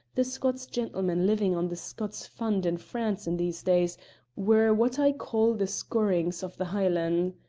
the scots gentlemen living on the scots fund in france in these days were what i call the scourings of the hielan's.